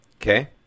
Okay